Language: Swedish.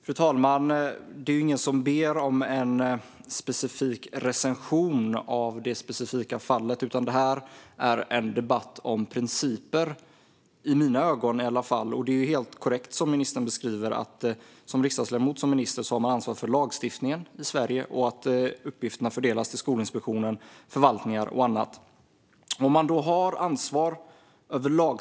Fru talman! Det är ingen som har bett om en recension av det specifika fallet, utan detta är en debatt om principer, i alla fall i mina ögon. Det är helt korrekt som ministern beskriver att man som riksdagsledamot och minister har ansvar för lagstiftningen i Sverige och att uppgifterna fördelas till Skolinspektionen, förvaltningar och andra.